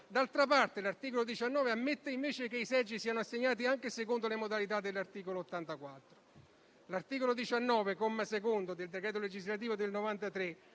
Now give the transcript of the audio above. dall'altra parte, l'articolo 19 ammette invece che i seggi siano assegnati anche secondo le modalità dell'articolo 84. L'articolo 19, comma 2, del decreto legislativo del 1993